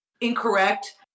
incorrect